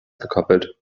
gekoppelt